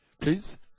Please